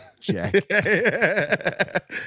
Jack